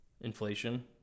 inflation